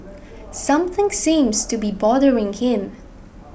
something seems to be bothering him